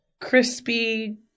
crispy